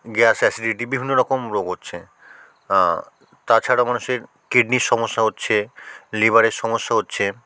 gas acidity বিভিন্ন রকম রোগ হচ্ছে তাছাড়াও মানুষের কিডনির সমস্যা হচ্ছে লিভারের সমস্যা হচ্ছে